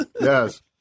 Yes